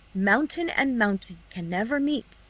mountain and mountain can never meet,